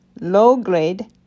low-grade